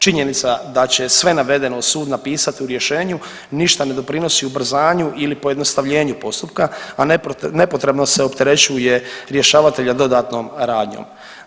Činjenica da će sve navedeno sud napisati u rješenju ništa ne doprinosi ubrzanju ili pojednostavljenju postupka, a nepotrebno se opterećuje rješavatelja dodatnom radnjom.